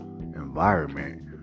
environment